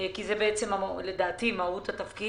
לא מהאזור המשפטי, כי זו לדעתי מהות התפקיד.